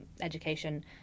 education